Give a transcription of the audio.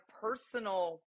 personal